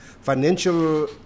Financial